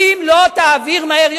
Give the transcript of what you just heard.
ואתה רוצה להמשיך את החגיגה.